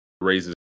Raises